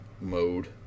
mode